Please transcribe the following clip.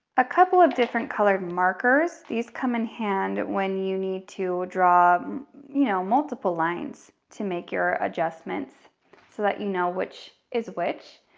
a couple of different colored markers. these come in handy when you need to draw um you know multiple lines to make your adjustments so that you know which is which.